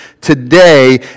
today